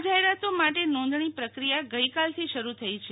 આ જાહેરાતો માટે નોંધણી પ્રક્રિયા ગઈકાલથી શરૂ થઈ છે